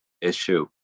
issue